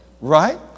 Right